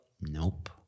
Nope